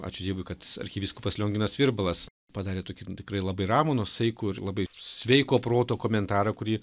ačiū dievui kad arkivyskupas lionginas virbalas padarė tokį nu tikrai labai ramų nuosaikų ir labai sveiko proto komentarą kurį